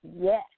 yes